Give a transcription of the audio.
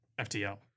ftl